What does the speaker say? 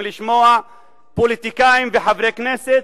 לשמוע פוליטיקאים וחברי כנסת